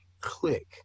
click